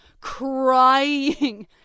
crying